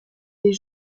des